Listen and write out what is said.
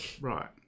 Right